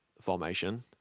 formation